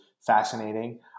fascinating